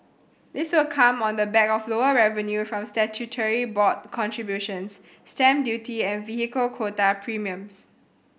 this will come on the back of lower revenue from statutory board contributions stamp duty and vehicle quota premiums